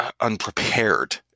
unprepared